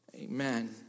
Amen